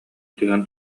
түһэн